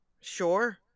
Sure